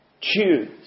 Choose